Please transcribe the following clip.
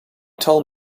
told